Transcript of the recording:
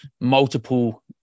multiple